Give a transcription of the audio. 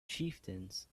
chieftains